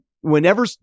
whenever